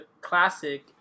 classic